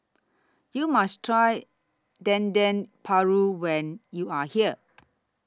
YOU must Try Dendeng Paru when YOU Are here